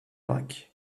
brac